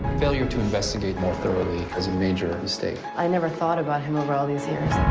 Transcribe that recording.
failure to investigate more thoroughly is a major mistake i never thought about him over all these years.